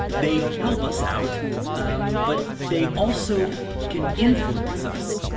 they help us out but they also can influence us,